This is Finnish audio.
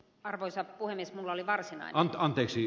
arvoisa puhemies oli varsin antaa anteeksi